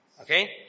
Okay